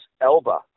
Elba